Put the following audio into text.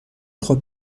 خوب